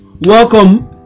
welcome